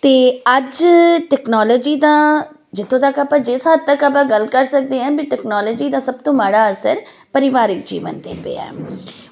ਅਤੇ ਅੱਜ ਟੈਕਨੋਲਜੀ ਦਾ ਜਿੱਥੋਂ ਤੱਕ ਆਪਾਂ ਜਿਸ ਹੱਦ ਤੱਕ ਆਪਾਂ ਗੱਲ ਕਰ ਸਕਦੇ ਹੈ ਬੀ ਟੈਕਨੋਲਜੀ ਦਾ ਸਭ ਤੋਂ ਮਾੜਾ ਅਸਰ ਪਰਿਵਾਰਿਕ ਜੀਵਨ 'ਤੇ ਪਿਆ